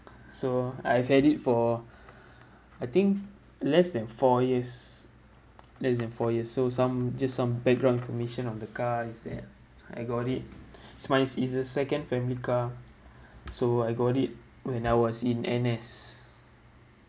so I've had it for I think less than four years less than four years so some just some background information on the car is that I got it's my it's the second family car so I got it when I was in N_S